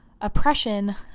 oppression